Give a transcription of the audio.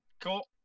Cool